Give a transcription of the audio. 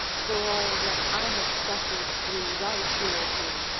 for all that i have suffered through thy cruelty!